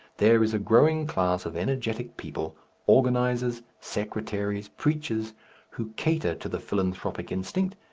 there is a growing class of energetic people organizers, secretaries, preachers who cater to the philanthropic instinct,